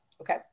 Okay